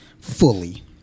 fully